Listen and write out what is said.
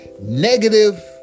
negative